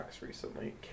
recently